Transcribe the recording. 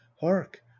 hark